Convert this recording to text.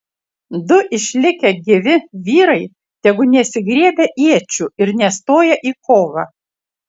du išlikę gyvi vyrai tegu nesigriebia iečių ir nestoja į kovą